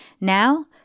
Now